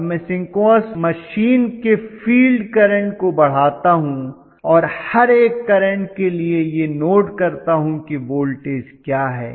अब मैं synchronous machine के फील्ड करंट को बढ़ाता हूं और हर एक करंट के लिए यह नोट करता हूं कि वोल्टेज क्या है